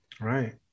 Right